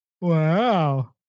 Wow